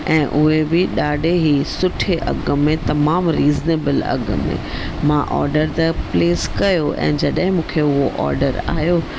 ऐं उहे बि ॾाढे ई सुठे अघ में तमामु रिज़नेबल अघु में मां ऑडर त प्लेस कयो ऐं जॾहिं मूंखे उहो ऑडर आहियो